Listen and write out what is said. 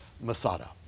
Masada